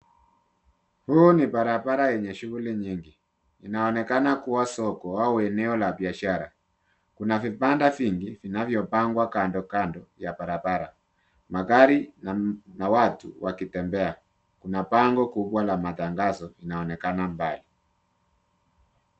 Hii ni barabara yenye shughuli nyingi. Inaonekana kuwa soko au eneo la biashara. Kuna vibanda vingi, vilivyopangwa kando kando ya barabara. Magari na watu wanatembea. Kuna bango kubwa la matangazo, linaonekana mbali.